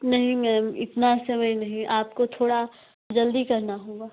नहीं मैम इतना समय नहीं आपको थोड़ा जल्दी करना होगा